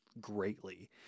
greatly